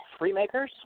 Freemakers